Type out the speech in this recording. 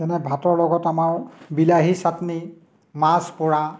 যেনে ভাতৰ লগত আমাৰ বিলাহী চাটনি মাছ পোৰা